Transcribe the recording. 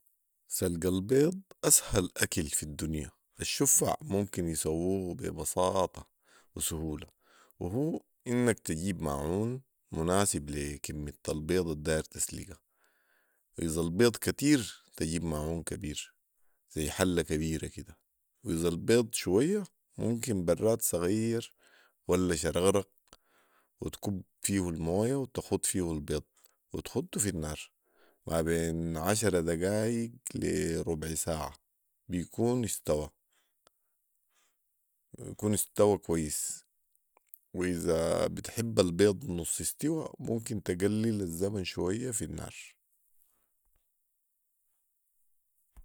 سلق البيض اسهل اكل في الدنيا الشفع ممكن يسوهو بي بساطه وسهوله، وهو انك تجيب ماعون مناسب لكمية البيض الداير تسلقها ،اذا البيض كتير تجيب ماعون كبير ذي حله كبيره كده واذا البيض شويه ممكن براد صغير ولا شرغرغ وتكب فيه المويه وتخت فيه البيض وتخته في النار مابين عشره دقايق لي ربع ساعه، بيكون استوي بيكون استوي كويس واذا بتحب البيض نص استوي ممكن تقلل الزمن شويه في النار